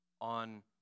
on